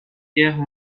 guerre